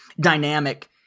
dynamic